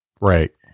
Right